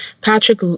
Patrick